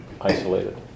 isolated